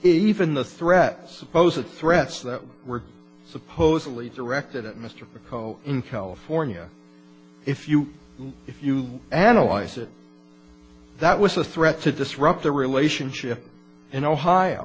even the threat suppose the threats that were supposedly directed at mr because in california if you if you analyze it that was a threat to disrupt the relationship in ohio